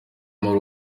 muri